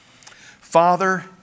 Father